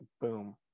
boom